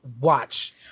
Watch